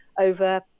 over